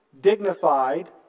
dignified